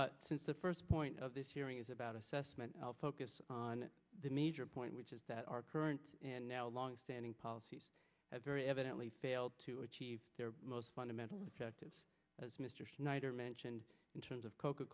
you since the first point of this hearing is about assessment i'll focus on the major point which is that our current and now longstanding policies have very evidently failed to achieve their most fundamental objective as mr schneider mentioned in terms of coca